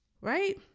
right